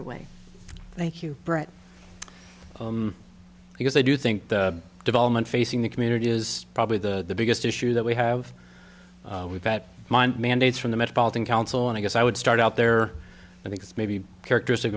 away thank you brett because i do think the development facing the community is probably the biggest issue that we have we've got mine mandates from the metropolitan council and i guess i would start out there i think it's maybe characteristic